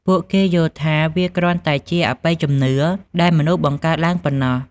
ពួកគេយល់ថាវាគ្រាន់តែជាអបិយជំនឿដែលមនុស្សបង្កើតឡើងប៉ុណ្ណោះ។